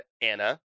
Anna